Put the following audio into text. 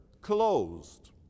closed